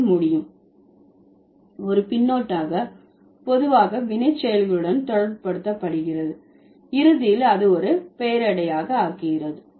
அது முடியும் ஒரு பின்னொட்டாக பொதுவாக வினைச்செயல்களுடன் தொடர்புபடுத்தப்படுகிறது இறுதியில் அது ஒரு பெயரடையாக ஆக்குகிறது